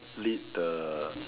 lead the